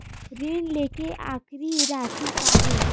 ऋण लेके आखिरी राशि का हे?